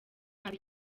nabi